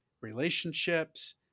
relationships